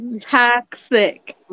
toxic